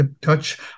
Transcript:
touch